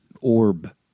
orb